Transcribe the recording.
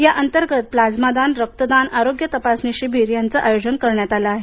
याअंतर्गत प्लाझ्मा दान रक्त दान आरोग्य तपासणी शिबिर आयोजन करण्यात आलं आहे